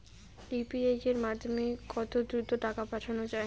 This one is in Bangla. ইউ.পি.আই এর মাধ্যমে কত দ্রুত টাকা পাঠানো যায়?